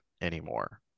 anymore